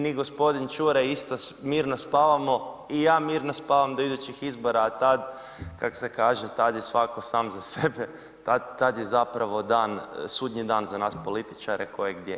Ni gospodin Čuraj isto, mirno spavamo i ja mirno spavam do idućih izbora, a tad kak se kaže, tad je svako sam za sebe, tad je zapravo sudnji dan za nas političare koje gdje.